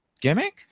gimmick